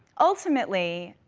ultimately,